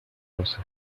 doce